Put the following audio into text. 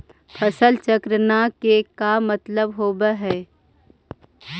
फसल चक्र न के का मतलब होब है?